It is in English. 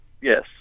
Yes